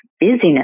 busyness